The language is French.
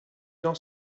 dans